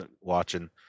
watching